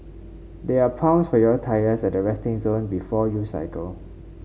there are pumps for your tyres at the resting zone before you cycle